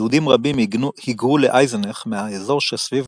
יהודים רבים היגרו לאייזנך מהאזור שסביב